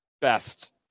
best